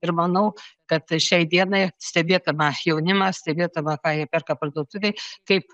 ir manau kad šiai dienai stebėtama jaunimą stebėtama ką jie perka parduotuvėj kaip